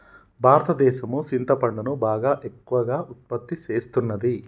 భారతదేసం సింతపండును బాగా ఎక్కువగా ఉత్పత్తి సేస్తున్నది